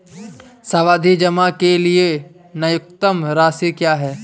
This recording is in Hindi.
सावधि जमा के लिए न्यूनतम राशि क्या है?